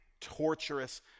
torturous